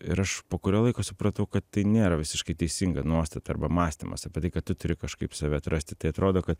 ir aš po kurio laiko supratau kad tai nėra visiškai teisinga nuostata arba mąstymas apie tai kad tu turi kažkaip save atrasti tai atrodo kad